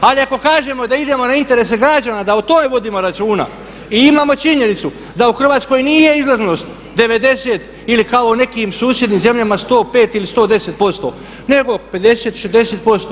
Ali ako kažemo da idemo na interese građana da o tome vodimo računa i imamo činjenicu da u Hrvatskoj nije izlaznost 90 ili kao u nekim susjednim zemljama 105 ili 110%, nego 50, 60%